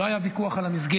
לא היה ויכוח על המסגרת.